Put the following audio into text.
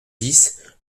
dix